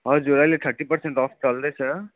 हजुर अहिले thirty percent off चल्दैछ